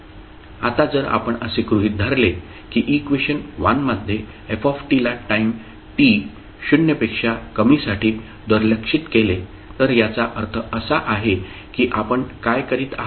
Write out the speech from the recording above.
आता जर आपण असे गृहित धरले की इक्वेशन मध्ये f ला टाईम t 0 पेक्षा कमीसाठी दुर्लक्षित केले तर याचा अर्थ असा आहे की आपण काय करीत आहात